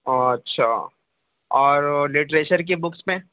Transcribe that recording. اچھا اور لٹریچر کی بکس میں